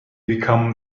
become